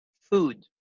food